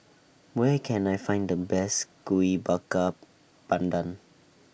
Where Can I Find The Best Kuih Bakar Pandan